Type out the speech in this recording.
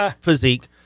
physique